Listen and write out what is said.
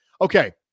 Okay